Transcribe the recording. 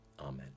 Amen